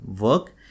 work